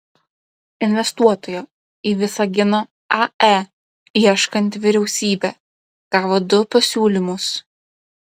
investuotojo į visagino ae ieškanti vyriausybė gavo du pasiūlymus